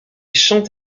chante